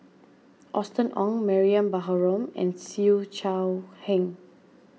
Austen Ong Mariam Baharom and Siew Shaw Heng